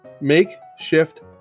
makeshift